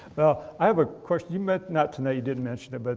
well, i have a question you ment not tonight, you didn't mention it, but